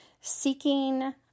seeking